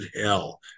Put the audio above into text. hell